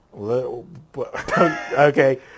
Okay